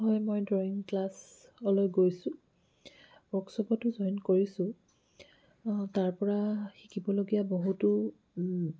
হয় মই ড্ৰয়িং ক্লাছলৈ গৈছোঁ ৱকশ্বপতো জইন কৰিছোঁ তাৰপৰা শিকিবলগীয়া বহুতো